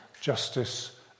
justice